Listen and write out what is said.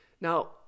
Now